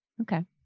Okay